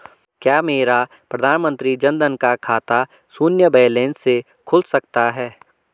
क्या मेरा प्रधानमंत्री जन धन का खाता शून्य बैलेंस से खुल सकता है?